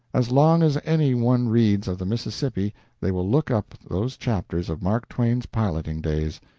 as long as any one reads of the mississippi they will look up those chapters of mark twain's piloting days.